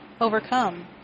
overcome